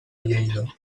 lleida